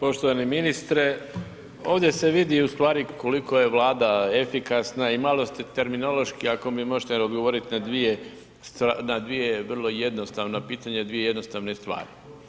Poštovani ministre, ovdje se vidi ustvari koliko je Vlada efikasna i malo ste terminološki ako mi možete odgovoriti na dva vrlo jednostavna pitanja, dvije jednostavne stvari.